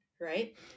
right